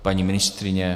Paní ministryně?